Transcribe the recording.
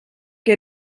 que